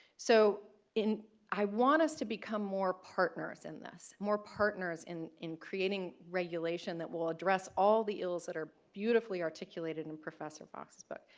so in i want us to become more partners in this. more partners in in creating regulation that will address all the ills that are beautifully articulated in professor fox's book.